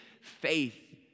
faith